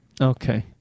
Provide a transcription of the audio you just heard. Okay